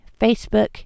Facebook